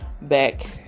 back